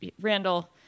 Randall